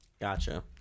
Gotcha